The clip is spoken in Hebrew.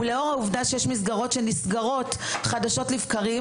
ולאור העובדה שיש מסגרות שנסגרות חדשות לבקרים,